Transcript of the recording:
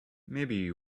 maybe